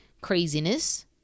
craziness